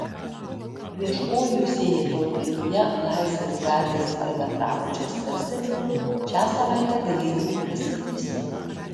ieškojusieji tauragėje laisvės gatvės ar bendrabučio skersgatvio šią savaitę galėjo ir pasiklysti